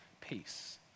peace